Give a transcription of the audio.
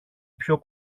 πιο